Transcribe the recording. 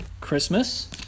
Christmas